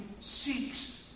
seeks